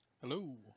hello